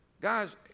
Guys